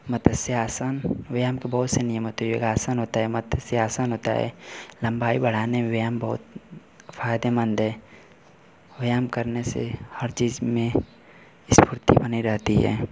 मत्स्य आसन व्यायाम के बहुत से नियम होते हैं एक आसन होता है मत्स्य आसन होता है लम्बाई बढ़ाने में व्यायाम बहुत फायदेमंद है व्यायाम करने से हर चीज में स्फूर्ति बनी रहती है